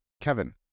Kevin